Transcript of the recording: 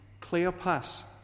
Cleopas